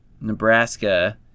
Nebraska